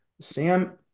Sam